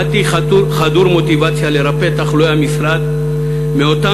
באתי חדור מוטיבציה לרפא את תחלואי המשרד מאותן